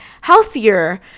healthier